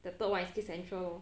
the third one is kids central lor